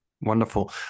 Wonderful